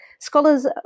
Scholars